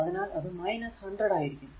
അതിനാൽ അത് 100 ആയിരിക്കും